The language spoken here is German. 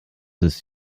ist